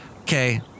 Okay